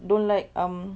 don't like um